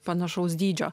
panašaus dydžio